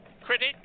critic